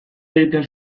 egiten